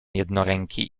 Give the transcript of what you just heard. jednoręki